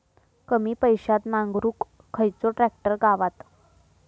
कमी पैशात नांगरुक खयचो ट्रॅक्टर गावात?